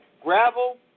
gravel